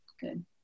good